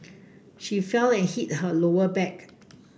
she fell and hit her lower back